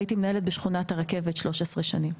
אותו ניהלתי בשכונת הרכבת במשך 13 שנים,